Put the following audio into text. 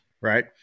right